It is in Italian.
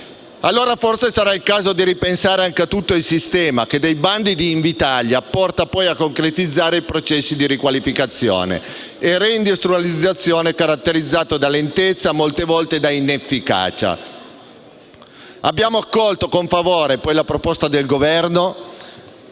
sarà forse il caso di ripensare anche tutto il sistema che dai bandi di Invitalia porta poi a concretizzare i processi di riqualificazione e reindustrializzazione caratterizzati da lentezza e molte volte da inefficacia. Abbiamo poi accolto con favore la proposta del Governo